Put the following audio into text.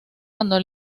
cuando